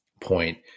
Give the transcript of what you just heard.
point